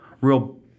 real